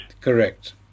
Correct